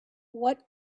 what